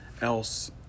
else